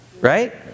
Right